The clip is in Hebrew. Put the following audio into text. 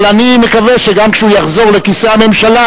אבל אני מקווה שגם כשהוא יחזור לכיסא הממשלה,